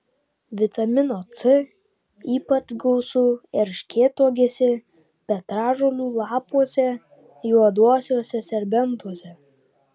vitamino c ypač gausu erškėtuogėse petražolių lapuose juoduosiuose serbentuose